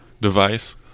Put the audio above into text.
device